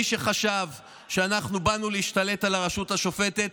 מי שחשב שאנחנו באנו להשתלט על הרשות השופטת,